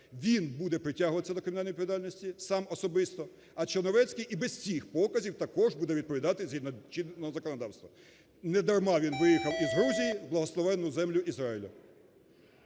Він буде притягуватися до кримінальної відповідальності сам особисто, а Черновецький і без цих показів також буде відповідати, згідно чинного законодавства, недарма він виїхав із Грузії в благословенну землю Ізраїлю.